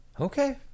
Okay